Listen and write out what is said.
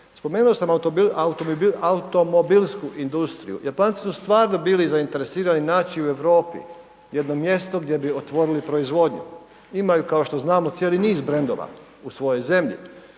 Spomenuo sam automobilsku industriju, Japanci su stvarno bili zainteresirani naći u Europi jedno mjesto gdje bi otvorili proizvodnju. Imaju kao što znamo cijeli niz brendova u svojoj zemlji.